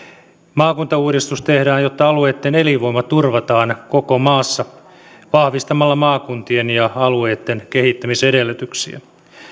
maakuntauudistus tehdään jotta alueitten elinvoima turvataan koko maassa vahvistamalla maakuntien ja alueitten kehittämisedellytyksiä